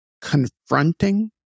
confronting